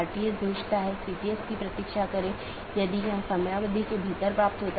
इन विशेषताओं को अनदेखा किया जा सकता है और पारित नहीं किया जा सकता है